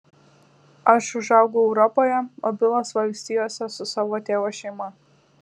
aš užaugau europoje o bilas valstijose su savo tėvo šeima